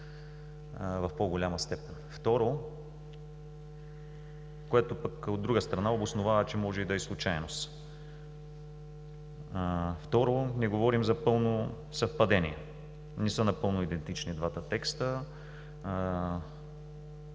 в по-голяма степен прави впечатление, което пък, от друга страна, обосновава, че може и да е случайност. Второ, не говорим за пълно съвпадение. Не са напълно идентични двата текста.